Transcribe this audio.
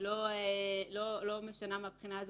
לא משנה מהבחינה הזאת.